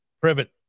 Privet